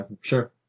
Sure